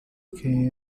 quem